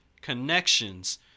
connections